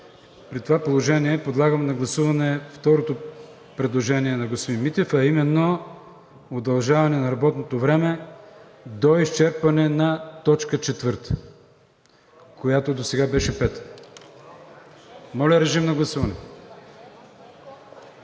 При това положение подлагам на гласуване второто предложение на господин Митев, а именно удължаване на работното време до изчерпване на точка четвърта, която досега беше пета, която е